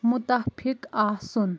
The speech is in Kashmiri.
مُتفِق آسُن